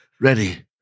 ready